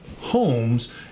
homes